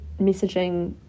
messaging